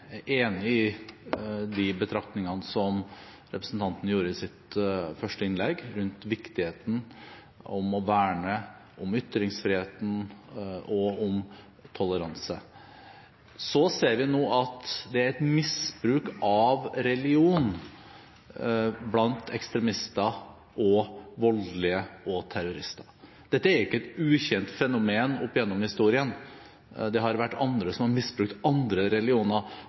enig i de betraktningene som representanten gjorde i sitt første innlegg, rundt viktigheten av å verne om ytringsfriheten og om toleranse. Så ser vi nå at det er et misbruk av religion blant ekstremister, voldelige og terrorister. Dette er ikke et ukjent fenomen opp gjennom historien. Det har vært andre som har misbrukt andre religioner